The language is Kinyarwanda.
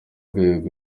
rwego